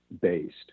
based